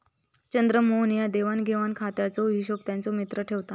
चंद्रमोहन च्या देवाण घेवाण खात्याचो हिशोब त्याचो मित्र ठेवता